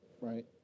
Right